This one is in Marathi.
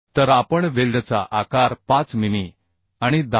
तर आपण वेल्डचा आकार 5 मिमी आणि 10